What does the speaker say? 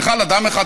אם עוד מאחדים אותם,